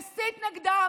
מסית נגדם,